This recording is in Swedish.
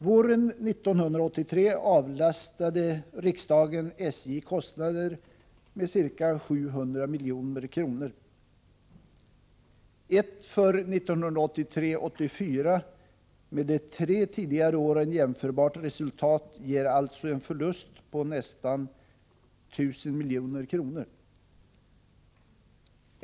Våren 1983 avlastade riksdagen SJ kostnader med ca 700 milj.kr. Ett för 1983/84 med de tre föregående åren jämförbart resultat ger alltså en förlust på nästan 1000 milj.kr.